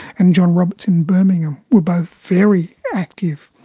and john roberts in birmingham, were both very active.